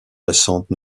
récentes